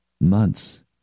months